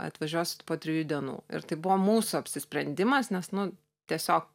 atvažiuosit po trijų dienų ir tai buvo mūsų apsisprendimas nes nu tiesiog